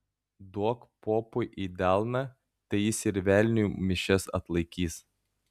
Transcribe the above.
duok popui į delną tai jis ir velniui mišias atlaikys